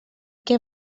què